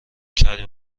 کریم